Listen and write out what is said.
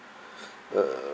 uh